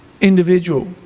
individual